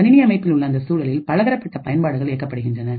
கணினி அமைப்பின் உள்ள அந்த சூழலில் பலதரப்பட்ட பயன்பாடுகள் இயக்கப்படுகின்றன